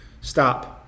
Stop